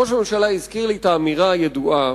ראש הממשלה הזכיר לי את האמירה הידועה,